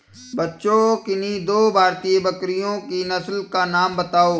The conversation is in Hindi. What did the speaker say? बच्चों किन्ही दो भारतीय बकरियों की नस्ल का नाम बताओ?